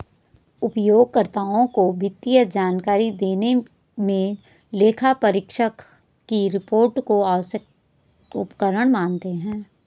उपयोगकर्ताओं को वित्तीय जानकारी देने मे लेखापरीक्षक की रिपोर्ट को आवश्यक उपकरण मानते हैं